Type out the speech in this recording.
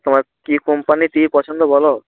তোমার কী কোম্পানির টি ভি পছন্দ বলো